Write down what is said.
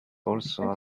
also